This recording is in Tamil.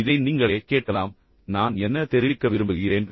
இதை நீங்களே கேட்கலாம் நான் என்ன தெரிவிக்க விரும்புகிறேன்